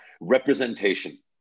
representation